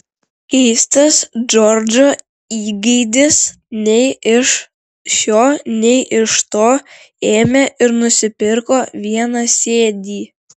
keistas džordžo įgeidis nei iš šio nei iš to ėmė ir nusipirko vienasėdį